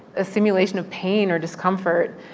a simulation of pain or discomfort,